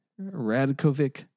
Radkovic